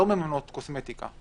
לא מממנות קוסמטיקה.